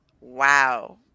Wow